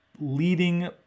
leading